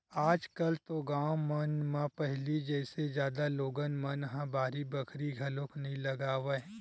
आज कल तो गाँव मन म पहिली जइसे जादा लोगन मन ह बाड़ी बखरी घलोक नइ लगावय